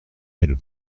elle